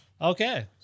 Okay